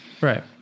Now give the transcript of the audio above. Right